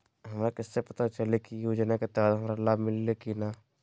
हमरा कैसे पता चली की उ योजना के तहत हमरा लाभ मिल्ले की न?